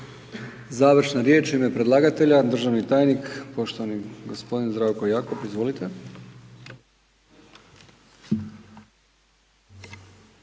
Završna riječ u ime predlagatelja državni tajnik poštovani gospodin Zdravko Jakop. Izvolite.